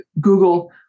Google